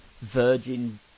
virgin